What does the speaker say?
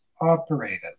operated